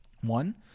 One